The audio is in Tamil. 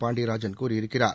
பாண்டியராஜன் கூறியிருக்கிறார்